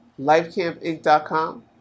Lifecampinc.com